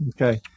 Okay